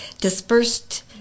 dispersed